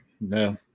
no